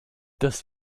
des